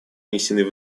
внесены